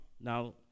Now